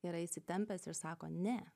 yra įsitempęs ir sako ne